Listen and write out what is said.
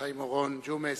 חיים אורון, ג'ומס.